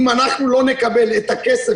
אם אנחנו לא נקבל את הכסף,